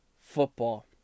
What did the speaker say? football